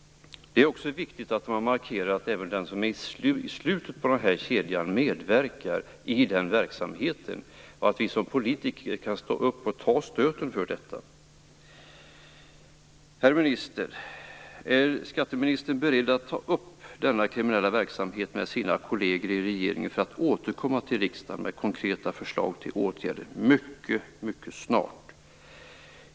Det är också viktigt att man markerar att även den som är i slutet av den här kedjan medverkar i den verksamheten, och att vi som politiker kan stå upp och ta stöten för detta. Herr minister! Är skatteministern beredd att ta upp denna kriminella verksamhet med sina kolleger i regeringen för att återkomma till riksdagen med konkreta förslag till åtgärder mycket snart?